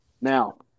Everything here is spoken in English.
Now